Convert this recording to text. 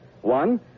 One